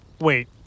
Wait